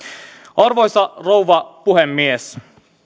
arvoisa rouva puhemies